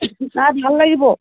চাই ভাল লাগিব